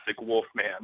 Wolfman